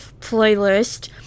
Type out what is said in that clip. playlist